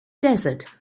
desert